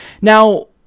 Now